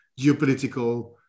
geopolitical